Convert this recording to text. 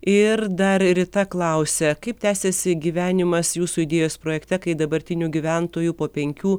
ir dar rita klausia kaip tęsiasi gyvenimas jūsų idėjos projekte kai dabartinių gyventojų po penkių